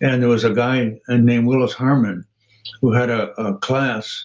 and there was a guy and named willis harman who had ah a class